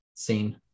scene